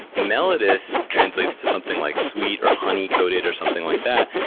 mellitus translates to something like sweet or honey coated or something like that.